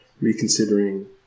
reconsidering